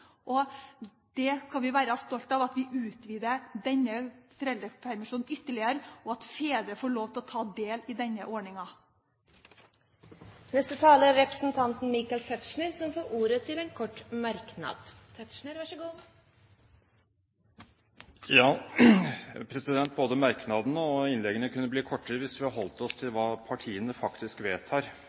kan være stolte av at vi utvider denne foreldrepermisjonen ytterligere, og at fedre får lov til å ta del i denne ordningen. Representanten Michael Tetzschner får ordet til en kort merknad, begrenset til 1 minutt. Både merknaden og innleggene kunne bli kortere hvis vi holdt oss til hva partiene faktisk vedtar,